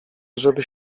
żeby